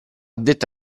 detto